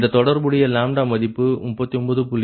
இந்த தொடர்புடைய மதிப்பு 39